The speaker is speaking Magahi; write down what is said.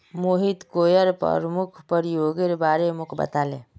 मोहित कॉयर प्रमुख प्रयोगेर बारे मोक बताले